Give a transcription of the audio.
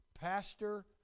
pastor